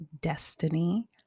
Destiny